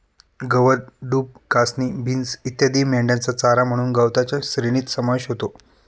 गवत, डूब, कासनी, बीन्स इत्यादी मेंढ्यांचा चारा म्हणून गवताच्या श्रेणीत समावेश होतो